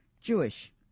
Jewish